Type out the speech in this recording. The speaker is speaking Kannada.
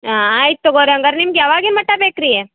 ಹಾಂ ಆಯ್ತು ತಗೋರಿ ಹಂಗಾರೆ ನಿಮ್ಗೆ ಯಾವಾಗಿನ ಮಟ್ಟ ಬೇಕು ರೀ